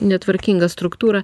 netvarkinga struktūra